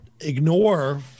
ignore